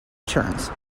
turns